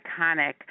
iconic